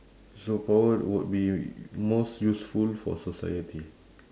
superpower would be most useful for society